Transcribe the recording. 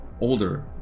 older